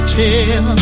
tell